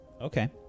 okay